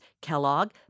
Kellogg